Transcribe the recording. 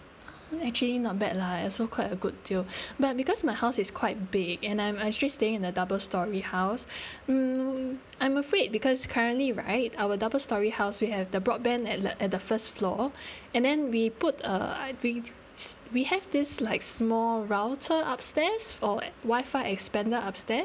oh actually not bad lah also quite a good deal but because my house is quite big and I'm actually staying in the double storey house mm I'm afraid because currently right our double storey house we have the broadband at the at the first floor and then we put a I think s~ we have this like small router upstairs for Wi-Fi expander upstair